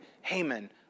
Haman